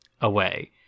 away